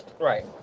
Right